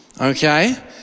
Okay